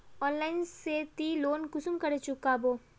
Online से ती loan कुंसम करे चुकाबो?